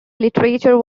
literature